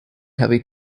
heavy